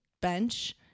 bench